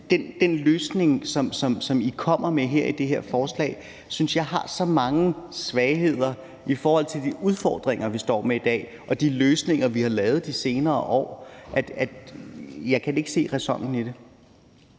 Den løsning, som I kommer med her i det her forslag, synes jeg har så mange svagheder i forhold til de udfordringer, vi står med i dag, og de løsninger, vi har lavet de senere år, at jeg ikke kan se ræsonen i det.